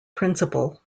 principal